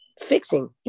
fixing